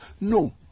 no